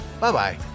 Bye-bye